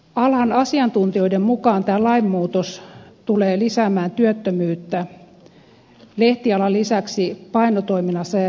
alan asiantuntijoiden mukaan tämä lainmuutos tulee lisäämään työttömyyttä lehtialan lisäksi painotoiminnassa ja jakelussa